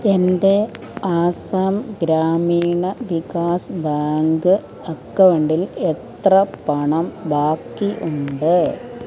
എൻ്റെ ആസാം ഗ്രാമീണ വികാസ് ബാങ്ക് അക്കൗണ്ടിൽ എത്ര പണം ബാക്കി ഉണ്ട്